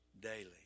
daily